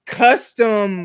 custom